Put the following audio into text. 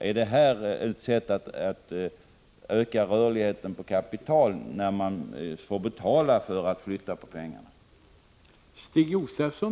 Är detta ett sätt, när man får betala för att flytta på pengarna?